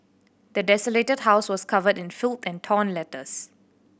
the desolated house was covered in filth and torn letters